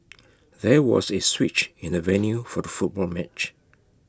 there was A switch in the venue for the football match